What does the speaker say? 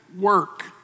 work